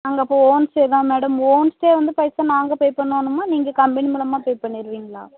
நாங்கள் அப்போ home stay தான் மேடம் ஹோம் ஸ்டே வந்து பைசா நாங்கள் பே பண்ணணுமா நீங்கள் கம்பெனி மூலமாக பே பண்ணிருவீங்களா